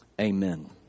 Amen